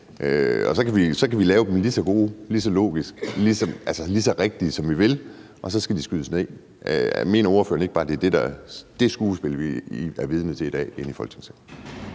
så kan vi lave dem lige så gode, lige så logiske, lige så rigtige, som vi vil, og så skal de skydes ned. Mener ordføreren ikke bare, at det er det skuespil, vi er vidne til i dag inde i Folketingssalen?